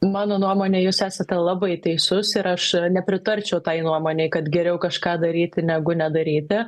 mano nuomone jūs esate labai teisus ir aš nepritarčiau tai nuomonei kad geriau kažką daryti negu nedaryti